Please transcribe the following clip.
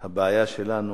הבעיה שלנו